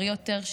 בריא יותר,